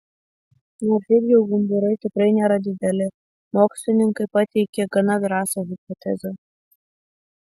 nors šiaip jau gumburai tikrai nėra dideli mokslininkai pateikė gana drąsią hipotezę